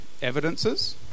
evidences